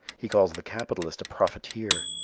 he calls the capitalist a profiteer.